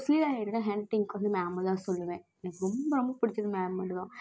mostly என்னோடய hand ரைட்டிங்க்கு வந்து மேமைதான் சொல்லுவேன் எனக்கு ரொம்ப ரொம்ப பிடிச்சது மேம் மட்டுந்தான்